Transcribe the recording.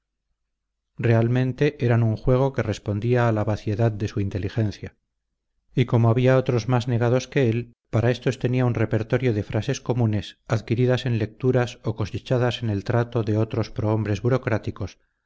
realmente eran un juego que respondía a la vaciedad de su inteligencia y como había otros más negados que él para éstos tenía un repertorio de frases comunes adquiridas en lecturas o cosechadas en el trato de otros prohombres burocráticos